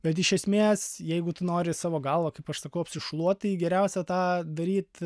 bet iš esmės jeigu tu nori savo galo kaip aš sakau apsišluot tai geriausia tą daryt